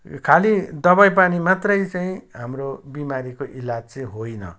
खालि दवाई पानी मात्रै चाहिँ हाम्रो बिमारीको इलाज चाहिँ होइन